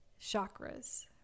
chakras